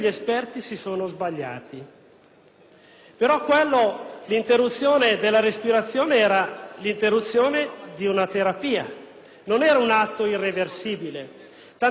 Ma l'interruzione della respirazione era l'interruzione di una terapia, non era un atto irreversibile, tant'è che nessun